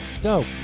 Dope